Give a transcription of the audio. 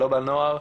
לא בנוער,